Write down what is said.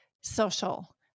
social